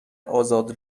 آزاد